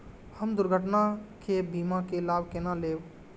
हम दुर्घटना के बीमा के लाभ केना लैब?